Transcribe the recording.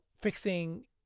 fixing